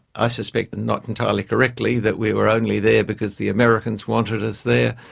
i suspect not entirely correctly, that we were only there because the americans wanted us there,